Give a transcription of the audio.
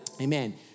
Amen